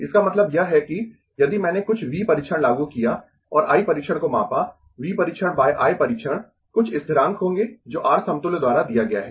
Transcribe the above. इसका मतलब यह है कि यदि मैंने कुछ V परीक्षण लागू किया और I परीक्षण को मापा V परीक्षण बाय I परीक्षण कुछ स्थिरांक होंगें जो R समतुल्य द्वारा दिया गया है